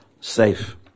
safe